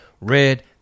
red